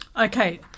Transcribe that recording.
Okay